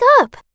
up